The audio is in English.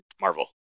Marvel